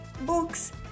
books